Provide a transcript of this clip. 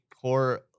core